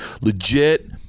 legit